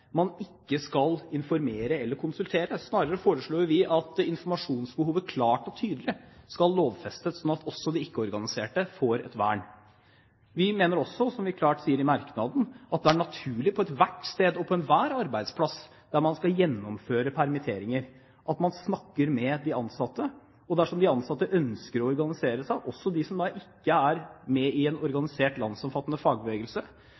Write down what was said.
man ikke skal informere eller konsultere. Snarere foreslår jo vi at informasjonsbehovet klart og tydelig skal lovfestes, sånn at også de ikke-organiserte får et vern. Vi mener også – som vi klart sier i merknaden – at det på ethvert sted og på enhver arbeidsplass der man skal gjennomføre permitteringer, er naturlig at man snakker med de ansatte, og dersom de ansatte ønsker å organisere seg, også de som da ikke er organisert i en landsomfattende fagbevegelse,